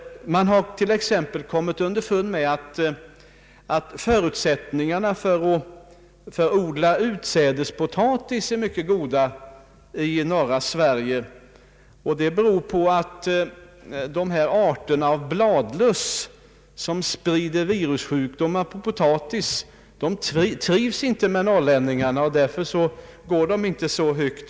Man har t.ex. kommit underfund med att förutsättningarna för att odla utsädespotatis är mycket goda i norra Sverige, vilket beror på att vissa arter av bladlöss, som sprider virussjukdomar på potatis, inte trivs med norrlänningarna och därför inte går så långt upp i landet.